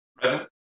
Present